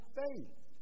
faith